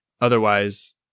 Otherwise